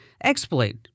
exploit